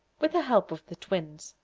with the help of the twins,